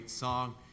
song